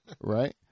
right